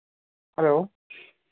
hello